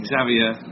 Xavier